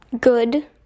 good